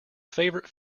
favourite